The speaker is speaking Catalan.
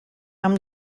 amb